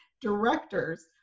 directors